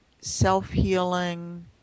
self-healing